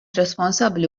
responsabbli